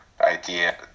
idea